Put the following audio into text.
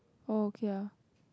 oh okay lah